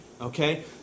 okay